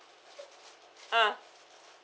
ah